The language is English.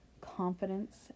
confidence